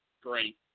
Great